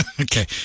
Okay